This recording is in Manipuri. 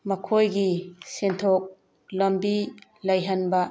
ꯃꯈꯣꯏꯒꯤ ꯁꯦꯟꯊꯣꯛ ꯂꯝꯕꯤ ꯂꯩꯍꯟꯕ